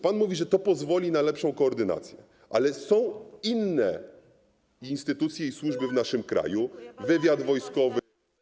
Pan mówi, że to pozwoli na lepszą koordynację, ale są inne instytucje i służby w naszym kraju, wywiad wojskowy.